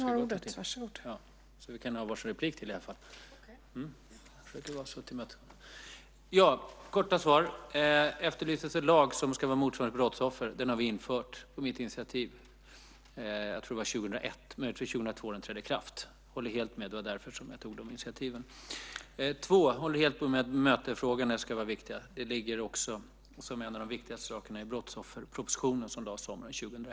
Fru talman! Jag ska ge korta svar. 1. Det efterlyses en lag för brottsoffer. Den har vi infört på mitt initiativ. Jag tror att det var 2001 eller möjligen 2002 som den trädde i kraft. Jag instämmer helt, och det var därför som jag tog initiativet. 2. Jag håller helt med om att bemötandefrågorna ska vara viktiga. Det ligger också som en av de viktigaste sakerna i brottsofferpropositionen som lades fram sommaren 2001. 3.